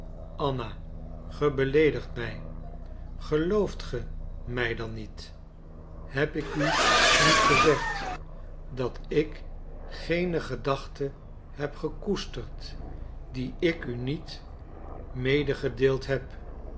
anna ge beleedigt mij gelooft ge mij dan niet heb ik u niet gezegd dat ik geen gedachte heb gekoesterd die ik u niet medegedeeld heb